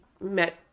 met